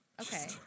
Okay